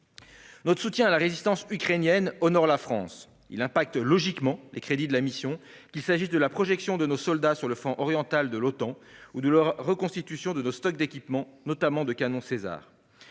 Notre soutien à la résistance ukrainienne honore la France. Il impacte logiquement les crédits de la mission, qu'il s'agisse de la projection de nos soldats sur le flanc oriental de l'Otan ou de la reconstitution de nos stocks d'équipement, notamment de canons Caesar.